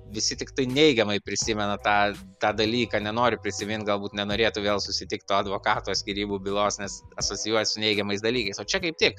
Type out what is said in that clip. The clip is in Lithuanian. visi tiktai neigiamai prisimena tą tą dalyką nenori prisimint galbūt nenorėtų vėl susitikt to advokato skyrybų bylos nes asocijuojas su neigiamais dalykais o čia kaip tik